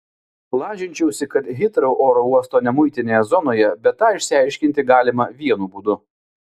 lažinčiausi kad hitrou oro uosto nemuitinėje zonoje bet tą išsiaiškinti galima vienu būdu